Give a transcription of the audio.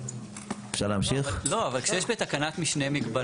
בעצם אנחנו כאן באנו לתקן מצב קיים.